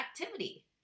activity